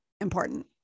important